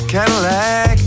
Cadillac